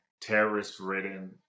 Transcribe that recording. terrorist-ridden